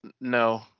No